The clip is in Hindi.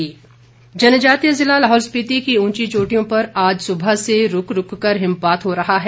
मौसम जनजातीय जिला लाहौल स्पीति की उंची चोटियों पर आज सुबह से रूक रूक कर हिमपात हो रहा है